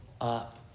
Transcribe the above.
up